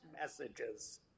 messages